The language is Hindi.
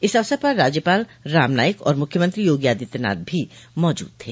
इस अवसर पर राज्यपाल राम नाइक और मुख्यमंत्री योगी आदित्यनाथ भी मौजूद थे